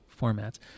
formats